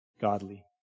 godly